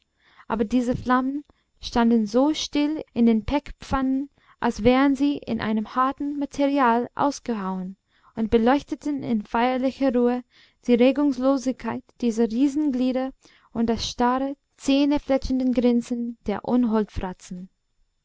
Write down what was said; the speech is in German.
aber diese flammen standen so still in den pechpfannen als wären sie in einem harten material ausgehauen und beleuchteten in feierlicher ruhe die regungslosigkeit dieser riesenglieder und das starre zähnefletschende grinsen der